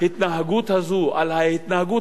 על הפחד,